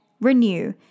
renew